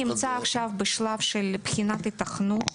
שתי החלופות נמצאות בשלב של בחינת היתכנות.